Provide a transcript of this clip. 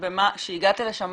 כשהגעת לשם,